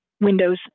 Windows